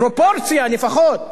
פרופורציה לפחות.